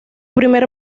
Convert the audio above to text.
primer